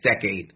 decade